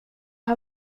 har